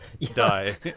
die